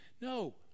No